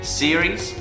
series